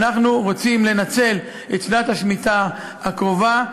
אנחנו רוצים לנצל את שנת השמיטה הקרובה,